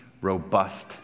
robust